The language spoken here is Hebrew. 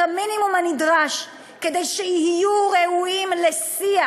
המינימום הנדרש כדי שיהיו ראויים לשיח.